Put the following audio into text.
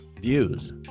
Views